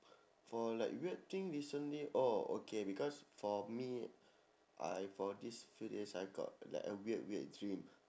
for like weird thing recently oh okay because for me I for these few days I got like a weird weird dream